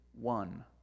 one